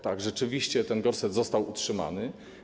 Tak, rzeczywiście ten gorset został utrzymany.